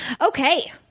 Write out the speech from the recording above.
Okay